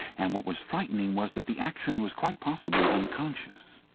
and what was frightening was that the action was quite possibly unconscious.